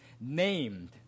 named